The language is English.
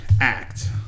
act